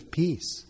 peace